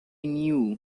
knew